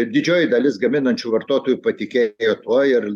didžioji dalis gaminančių vartotojų patikėjo tuo ir